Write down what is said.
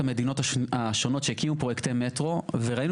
המדינות השונות שהקימו פרויקט מטרו וראינו